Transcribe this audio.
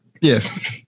Yes